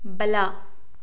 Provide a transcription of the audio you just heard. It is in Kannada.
ಬಲ